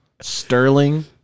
Sterling